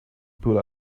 pull